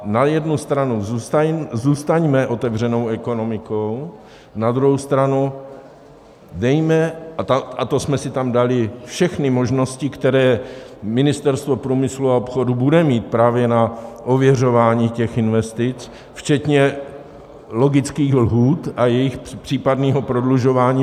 Na jednu stranu zůstaňme otevřenou ekonomikou, na druhou stranu dejme a to jsme si tam dali všechny možnosti, které Ministerstvo průmyslu a obchodu bude mít, právě na ověřování investic, včetně logických lhůt a jejich případného prodlužování.